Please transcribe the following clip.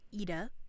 ida